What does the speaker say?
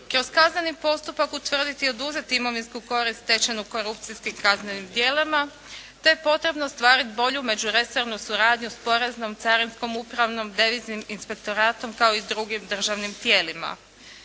kroz kazneni postupak utvrditi i oduzeti imovinsku korist stečenu korupcijskim kaznenim djelima te je potrebno ostvariti bolju međuresornu suradnju s poreznom, carinskom, upravnom, deviznim inspektoratom kao i s drugim državnim tijelima.